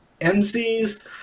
MCs